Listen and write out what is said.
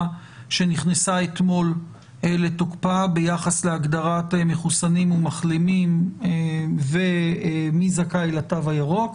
שנכנסה אתמול לתוקפה ביחס להגדרת מחוסנים ומחלימים ומי זכאי לתו הירוק.